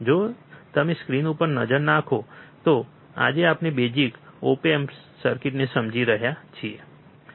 તેથી જો તમે સ્ક્રીન ઉપર નજર નાખો તો આજે આપણે બેઝિક ઓપ એએમપી સર્કિટને સમજી રહ્યા છીએ